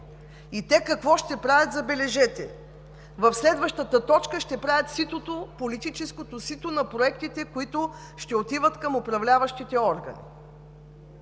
И те какво ще правят, забележете – в следващата точка ще правят политическото сито на проектите, които ще отиват към управляващите органи.